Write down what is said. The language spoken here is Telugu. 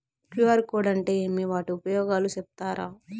క్యు.ఆర్ కోడ్ అంటే ఏమి వాటి ఉపయోగాలు సెప్తారా?